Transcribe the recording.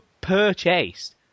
purchased